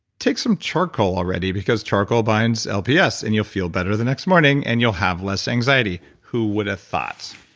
take some charcoal already because charcoal binds lps. and you'll feel better the next morning, and you'll have less anxiety. who would have ah thought?